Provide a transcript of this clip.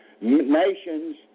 nations